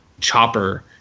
Chopper